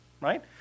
Right